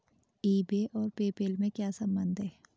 ई बे और PayPal में क्या संबंध है?